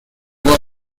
work